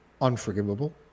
unforgivable